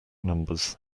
numbers